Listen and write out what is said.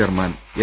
chairman M